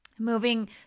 Moving